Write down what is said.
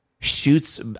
shoots